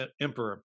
Emperor